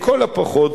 לכל הפחות,